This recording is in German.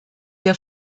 der